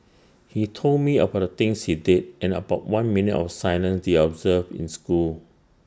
he told me about the things he did and about one minute of silence they observed in school